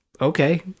okay